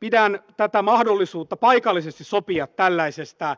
pidän tätä mahdollisuutta paikallisesti sopia tällaisesta